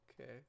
Okay